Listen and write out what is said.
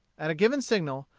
at a given signal,